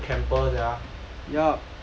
!wah! damn camper sia